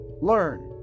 learn